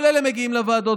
כל אלה מגיעים לוועדות.